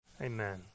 Amen